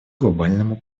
глобальному